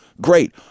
great